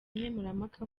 nkemurampaka